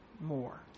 more